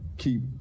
Keep